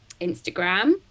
Instagram